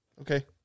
Okay